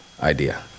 idea